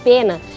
Pena